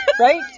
Right